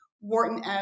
Wharton